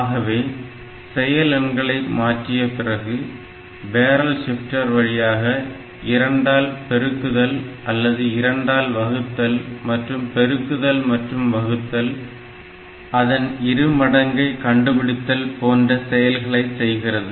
ஆகவே செயல் எண்களை மாற்றிய பிறகு பேரல் ஷிஃப்ட்டர் வழியாக 2 ஆல் பெருக்குதல் அல்லது 2 ஆல் வகுத்தல் மற்றும் பெருக்குதல் மற்றும் வகுத்தல் அதன் இரு மடங்கை கண்டுபிடித்தல் போன்ற செயல்களை செய்கிறது